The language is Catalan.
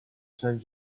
sant